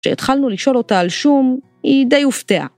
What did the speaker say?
‫כשהתחלנו לשאול אותה על שום, ‫היא די הופתעה.